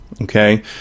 okay